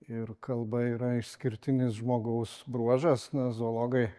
ir kalba yra išskirtinis žmogaus bruožas nes zoologai